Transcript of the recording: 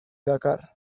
dakar